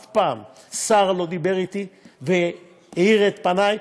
אף פעם שר לא דיבר אתי והאיר את עיני.